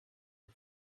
you